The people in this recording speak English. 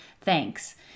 Thanks